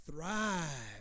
Thrive